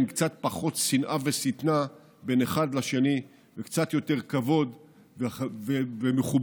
עם קצת פחות שנאה ושטנה בין אחד לשני וקצת יותר כבוד ומכובדות